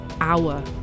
hour